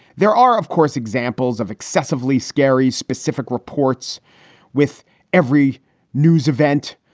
there are, of course, examples of excessively scary specific reports with every news event.